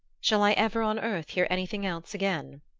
shall i ever on earth hear anything else again?